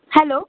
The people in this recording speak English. hello